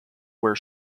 where